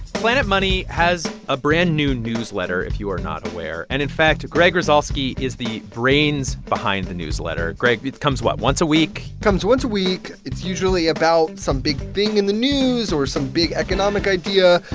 planet money has a brand-new newsletter, if you are not aware. and, in fact, greg rosalsky is the brains behind the newsletter. greg, it comes what? once a week comes once a week. it's usually about some big thing in the news or some big economic idea.